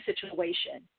situation